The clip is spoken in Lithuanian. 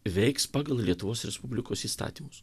veiks pagal lietuvos respublikos įstatymus